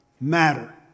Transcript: matter